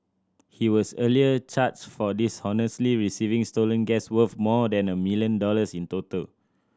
he was earlier charged for dishonestly receiving stolen gas worth more than a million dollars in total